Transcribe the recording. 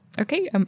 okay